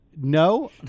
No